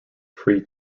free